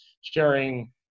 sharing